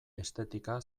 estetika